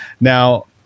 Now